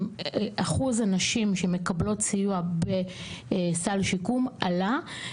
אחוז הנשים שמקבלות סיוע בסל שיקום עלה.